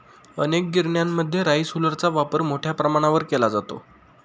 अनेक गिरण्यांमध्ये राईस हुलरचा वापर मोठ्या प्रमाणावर केला जातो